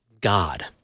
God